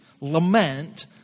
Lament